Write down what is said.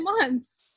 months